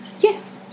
yes